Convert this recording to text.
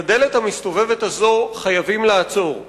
את הדלת המסתובבת הזאת חייבים לעצור.